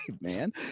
man